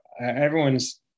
everyone's